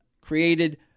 created